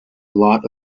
lot